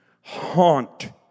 haunt